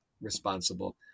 responsible